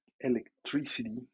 electricity